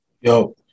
Yo